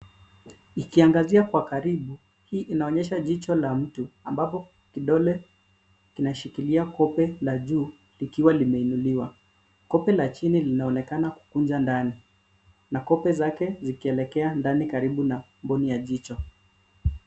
Nikiangazia Kwa karibu ,hii inaonyesha jicho la mtu ambapo kidole kinashikilia kope la juu likiwa limeinuliwa. Kope la chini linaonekana kukuja ndani na kope zake zikielekea ndani karibu na mboni ya jicho.